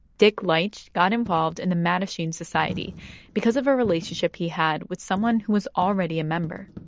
dick leitsch got involved in the mattachine society because of a relationship he had with someone who was already a member.